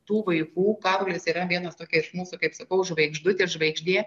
tų vaikų karolis yra vienas tokia iš mūsų kaip sakau žvaigždutė žvaigždė